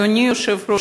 אדוני היושב-ראש,